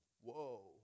whoa